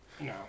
No